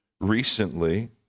recently